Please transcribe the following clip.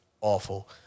awful